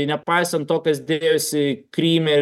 nepaisant to kas dėjosi kryme